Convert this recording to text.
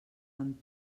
amb